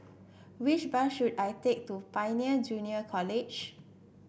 which bus should I take to Pioneer Junior College